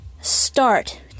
start